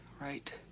right